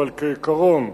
אבל כעיקרון,